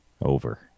over